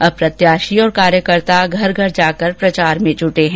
अब प्रत्याशी और कार्यकर्ता घर घर जाकर प्रचार में जूटे हैं